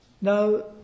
Now